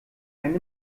einen